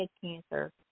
cancer